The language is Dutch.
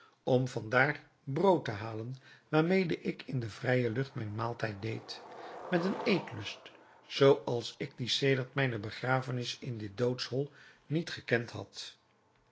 om van daar brood te halen waarmede ik in de vrije lucht mijn maaltijd deed met een eetlust zoo als ik dien sedert mijne begrafenis in dit doodshol niet gekend had